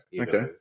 Okay